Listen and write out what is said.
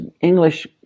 English